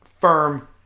firm